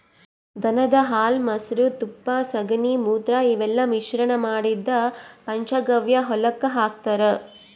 ದನದ್ ಹಾಲ್ ಮೊಸ್ರಾ ತುಪ್ಪ ಸಗಣಿ ಮೂತ್ರ ಇವೆಲ್ಲಾ ಮಿಶ್ರಣ್ ಮಾಡಿದ್ದ್ ಪಂಚಗವ್ಯ ಹೊಲಕ್ಕ್ ಹಾಕ್ತಾರ್